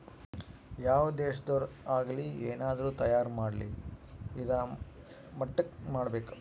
ಯಾವ್ ದೇಶದೊರ್ ಆಗಲಿ ಏನಾದ್ರೂ ತಯಾರ ಮಾಡ್ಲಿ ಇದಾ ಮಟ್ಟಕ್ ಮಾಡ್ಬೇಕು